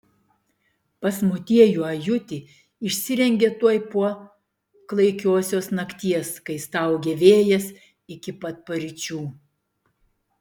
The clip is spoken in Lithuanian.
pas motiejų ajutį išsirengė tuoj po klaikiosios nakties kai staugė vėjas iki pat paryčių